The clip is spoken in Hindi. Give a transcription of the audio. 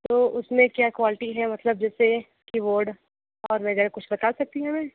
तो उसमें क्या क्वालिटी है मतलब जैसे कीबोर्ड और वगैरह कुछ बता सकती हैं हमे